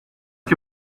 que